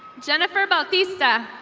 jennifer baltheesta.